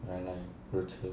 原来如此